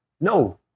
No